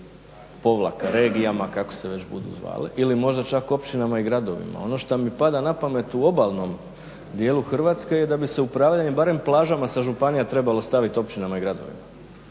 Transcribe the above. županijama-regijama, kako se već budu zvale, ili možda čak i općinama i gradovima. Ono što mi pada napamet u obalnom dijelu Hrvatske je da bi se upravljanjem barem plažama sa županija trebalo stavit općinama i gradovima.